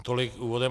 Tolik úvodem.